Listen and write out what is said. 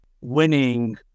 winning